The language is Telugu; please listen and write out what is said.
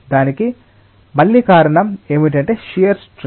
దానికి మళ్ళీ కారణం ఏమిటంటే షియర్ స్ట్రెస్